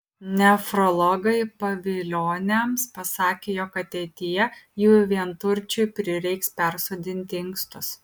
nefrologai pavilioniams pasakė jog ateityje jų vienturčiui prireiks persodinti inkstus